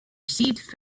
received